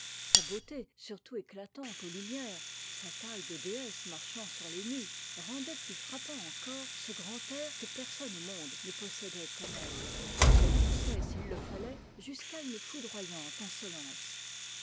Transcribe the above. sa beauté surtout éclatante aux lumières sa taille de déesse marchant sur les nues rendaient plus frappant encore ce grand air que personne au monde ne possédait comme elle et qu'elle poussait s'il le fallait jusqu'à une foudroyante insolence